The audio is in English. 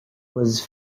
was